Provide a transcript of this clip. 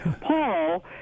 Paul